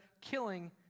killing